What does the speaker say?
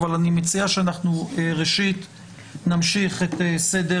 אבל אני מציע שאנחנו ראשית נמשיך את סדר